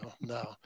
No